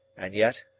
and yet,